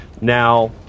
Now